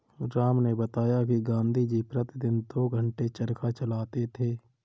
राम ने बताया कि गांधी जी प्रतिदिन दो घंटे चरखा चलाते थे